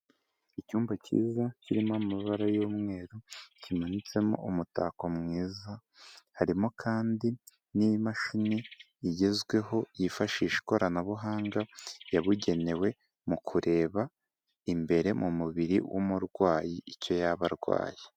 Icyumba cyiza, kirimo amabara y'umweru, kimanitsemo umutako mwiza, harimo kandi n'imashini igezweho yifashisha ikoranabuhanga, yabugenewe mu kureba imbere mu mubiri w'umurwayi, icyo yaba arwaye.